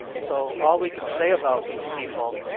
so all we can say about these people,